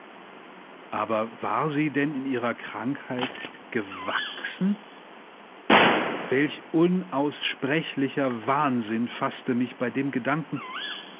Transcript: aber war sie denn in ihrer krankheit gewachsen welch unaussprechlicher wahnsinn faßte mich bei dem gedanken